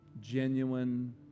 genuine